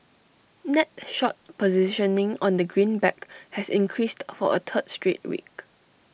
net short positioning on the greenback has increased for A third straight week